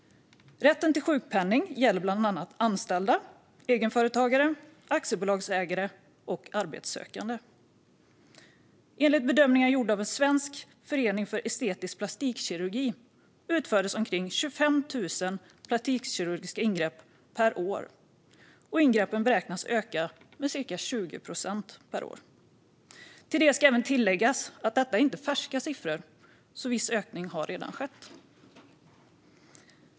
Rätten till sjukpenning gäller bland annat anställda, egenföretagare, aktiebolagsägare och arbetssökande. Enligt bedömningar gjorda av Svensk Förening för Estetisk Plastikkirurgi utförs omkring 25 000 plastikkirurgiska ingrepp per år, och ingreppen beräknas öka med cirka 20 procent per år. Det ska tilläggas att detta inte är färska siffror, så viss ökning har redan skett.